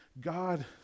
God